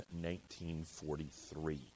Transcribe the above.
1943